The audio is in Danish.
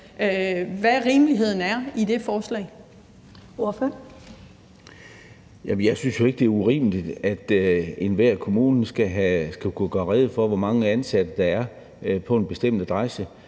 Hav (S): Jamen jeg synes jo ikke, det er urimeligt, at enhver kommune skal kunne gøre rede for, hvor mange ansatte der er på en bestemt adresse.